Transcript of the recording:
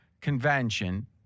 convention